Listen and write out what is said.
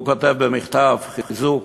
הוא כותב במכתב חיזוק: